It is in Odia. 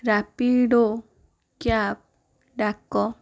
ରାପିଡ଼ୋ କ୍ୟାବ୍ ଡ଼ାକ